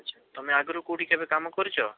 ତମେ ଆଗରୁ କେଉଁଠି କେବେ କାମ କରିଛ